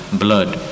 blood